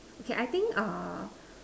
okay I think err